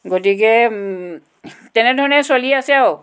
গতিকে তেনেধৰণে চলি আছে আৰু